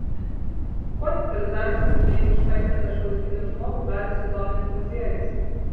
kuo civilizacijos laimėjimų išpaikintą šiuolaikinį žmogų gali sudominti muziejus